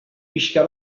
pixka